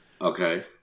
Okay